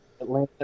Atlanta